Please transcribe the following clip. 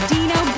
Dino